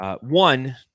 One